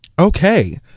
okay